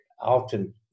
often